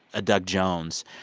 ah doug jones.